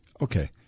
Okay